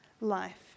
life